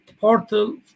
portal